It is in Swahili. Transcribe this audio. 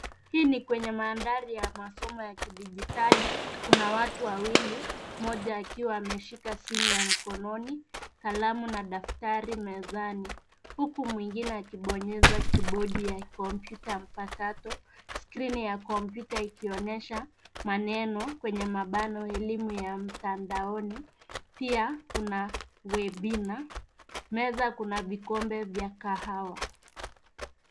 Hii ni kwenye mandhari ya masomo ya kidigitali. Kuna watu wawili mmoja akiwa ameshika simu ya mkononi, kalamu na daftari mezani. Huku mwingine akibonyeza kibodi ya kompyuta mpakato. Skrini ya kompyuta ikionyesha maneno kwenye mabano elimu ya mtanadaoni. Pia kuna webinar .Meza kuna vikombe vya kahawa.